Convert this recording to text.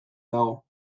dago